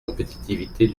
compétitivité